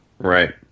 Right